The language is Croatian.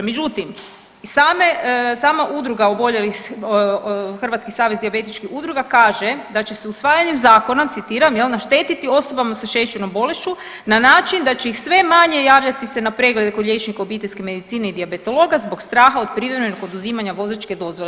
Međutim, same, sama udruga oboljelih, Hrvatski savez dijabetičkih udruga kaže da će se usvajanjem zakona citiram jel, našteti osobama sa šećernom bolešću na način da će ih sve manje javljati se na preglede kod liječnike obiteljske medicine i dijabetologa zbog straha od privremenog oduzimanja vozačke dozvole.